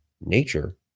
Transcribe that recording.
nature